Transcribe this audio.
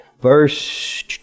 verse